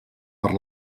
per